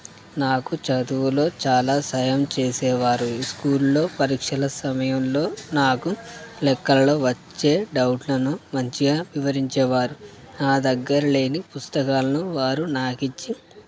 నాకు చదువులో చాలా సాయం చేసేవారు ఈ స్కూల్లో పరీక్షల సమయంలో నాకు లెక్కలలో వచ్చే డౌట్లను మంచిగా వివరించేవారు నా దగ్గర లేని పుస్తకాలను వారు నాకిచ్చి